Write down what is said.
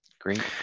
Great